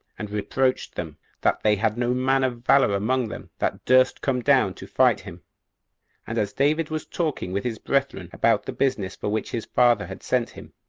and reproached them, that they had no man of valor among them that durst come down to fight him and as david was talking with his brethren about the business for which his father had sent him,